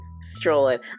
strolling